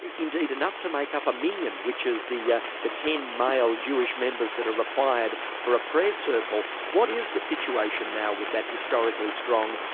indeed enough to make up a minyan which is the yeah the ten male jewish members that are required for a prayer circle. what is the situation now with that historically strong,